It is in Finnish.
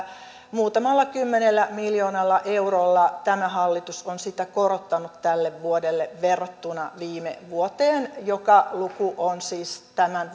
muutamalla kymmenellä miljoonalla eurolla tämä hallitus on sitä korottanut tälle vuodelle verrattuna viime vuoteen joka luku on siis tämän